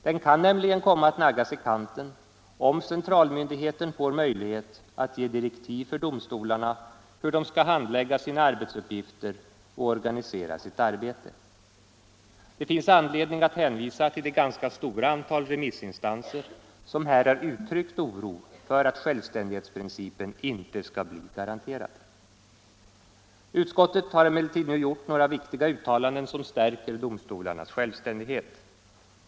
Denna kan nämligen komma att naggas i kanten om centralmyndigheten får möjlighet att ge direktiv för hur domstolarna skall handlägga sina arbetsuppgifter och organisera sitt arbete. Det finns anledning att hänvisa till det ganska stora antal remissinstanser som här har uttryckt oro för att självständighetsprincipen inte skall bli garanterad. Utskottet har emellertid nu gjort några viktiga uttalanden som stärker domstolarnas självständighet.